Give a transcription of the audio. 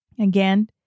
Again